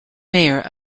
mayor